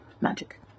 Magic